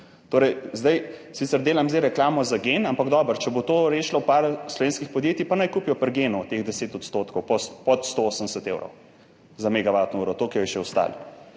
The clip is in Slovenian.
Sicer zdaj delam reklamo za GEN, ampak dobro, če bo to rešilo par slovenskih podjetij, pa naj kupijo pri GEN teh 10 odstotkov pod 180 evrov za megavatno uro, toliko je še ostalo.